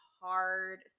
hard